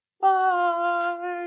Bye